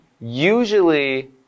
usually